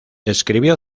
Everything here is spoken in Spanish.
escribió